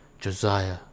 Josiah